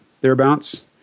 thereabouts